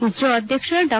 ಇಸ್ತೊ ಅಧ್ಯಕ್ಷ ಡಾ